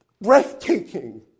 Breathtaking